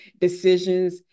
decisions